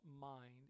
mind